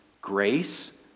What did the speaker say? grace